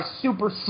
super